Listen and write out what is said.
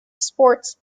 sports